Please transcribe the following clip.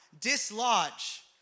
dislodge